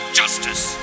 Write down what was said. justice